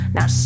Now